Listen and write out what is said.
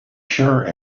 sure